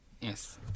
Yes